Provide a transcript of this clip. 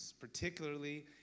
particularly